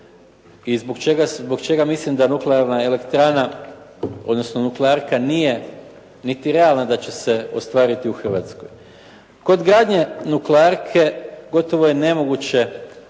i zbog čega mislim da nuklearna elektrana, odnosno nuklearka nije niti realna da će se ostvariti u Hrvatskoj. Kod gradnje nuklearke gotovo je nemoguće